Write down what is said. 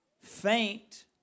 faint